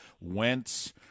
Wentz